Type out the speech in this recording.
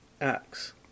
acts